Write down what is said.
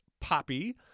Poppy